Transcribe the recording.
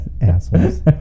assholes